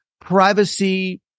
privacy